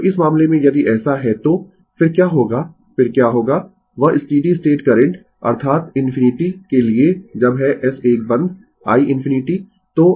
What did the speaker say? तो इस मामले में यदि ऐसा है तो फिर क्या होगा फिर क्या होगा वह स्टीडी स्टेट करंट अर्थात ∞ के लिए जब है S1 बंद i ∞